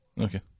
okay